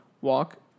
walk